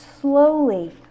slowly